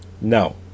No